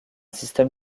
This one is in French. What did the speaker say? système